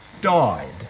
died